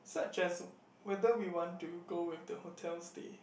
such as whether we want to go with the hotel stay